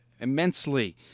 immensely